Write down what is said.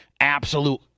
absolute